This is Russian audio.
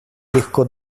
легко